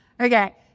Okay